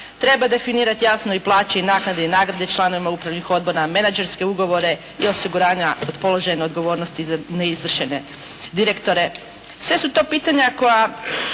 treba definirati jasno plaće i naknade i nagrade članovima upravnih odbora, menađerske ugovore i osiguranja od položajne odgovornosti za ne izvršene direktore. Sve su to pitanja koja